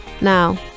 Now